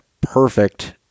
perfect